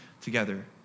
together